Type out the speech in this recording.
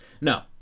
No